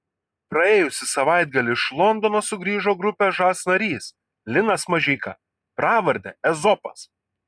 praėjusį savaitgalį iš londono sugrįžo grupės žas narys linas mažeika pravarde ezopas